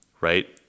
right